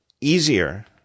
easier